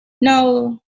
No